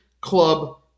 club